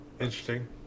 interesting